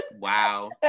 wow